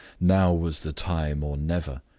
now was the time, or never.